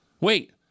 wait